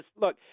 Look